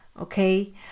Okay